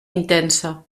intensa